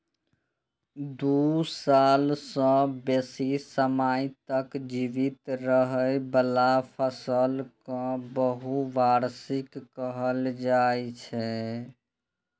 दू साल सं बेसी समय तक जीवित रहै बला फसल कें बहुवार्षिक कहल जाइ छै